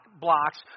blocks